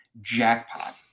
jackpot